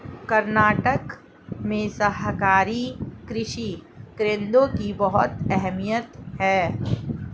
कर्नाटक में सहकारी कृषि केंद्रों की बहुत अहमियत है